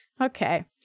okay